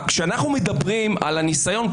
לעשות מטעמים מדברים שבעצם לא נכונים.